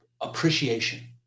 appreciation